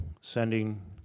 sending